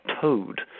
toad